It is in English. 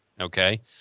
okay